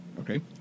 Okay